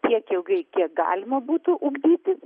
tiek ilgai kiek galima būtų ugdyti